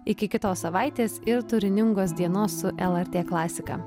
iki kitos savaitės ir turiningos dienos su lrt klasika